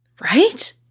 Right